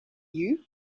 you